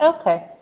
Okay